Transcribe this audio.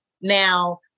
now